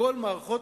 יש מאכערים,